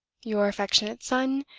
your affectionate son,